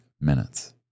minutes